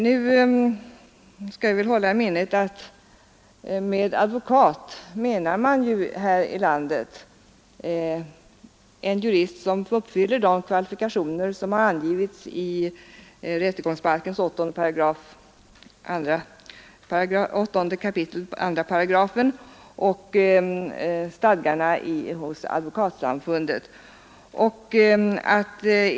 Vi skall hålla i minnet att vi här i landet med advokat menar en jurist, som uppfyller de kvalifikationer som har angivits i rättegångsbalken 8 kap. 2 § och i Advokatsamfundets stadgar.